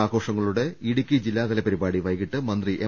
ആഘോഷങ്ങളുടെ ഇടുക്കി ജില്ലാതല പരിപാടി വൈകീട്ട് മന്ത്രി എം